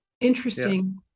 Interesting